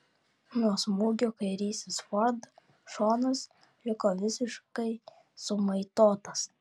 nuo smūgio kairysis ford šonas liko visiškai sumaitotas